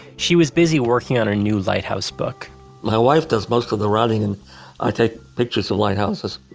she was busy working on her new lighthouse book my wife does most of the writing and i take pictures of lighthouses.